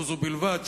לא זו בלבד,